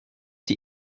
die